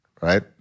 right